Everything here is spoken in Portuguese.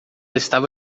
estava